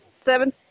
seven